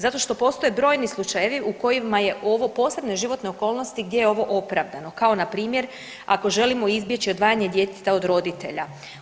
Zato što postoje brojni slučajevi u kojima je ovo, posebne životne okolnosti gdje je ovo opravdano kao npr. ako želimo izbjeći odvajanje djeteta od roditelja.